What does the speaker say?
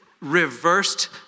reversed